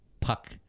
Puck